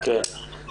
שלום לכולם.